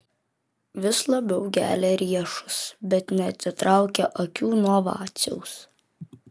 vis labiau gelia riešus bet neatitraukia akių nuo vaciaus